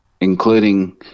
including